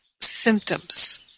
symptoms